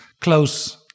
close